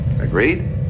Agreed